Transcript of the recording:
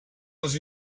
les